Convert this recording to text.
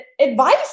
advice